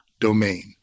domain